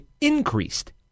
increased